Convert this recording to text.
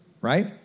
right